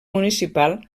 municipal